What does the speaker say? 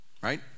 right